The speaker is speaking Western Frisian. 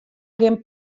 gjin